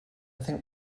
think